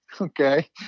Okay